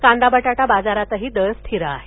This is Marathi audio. कांदा बटाटा बाजारातही दर स्थिर आहेत